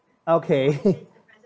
okay